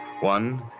One